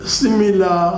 similar